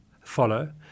follow